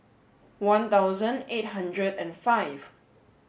one dozen eight hundred and five